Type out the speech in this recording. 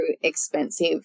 expensive